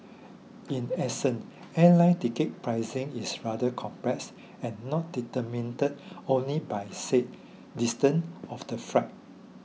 in essence airline ticket pricing is rather complex and not determined only by say distance of the flight